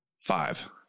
Five